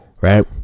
Right